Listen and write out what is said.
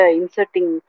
inserting